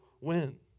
win